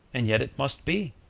and yet it must be.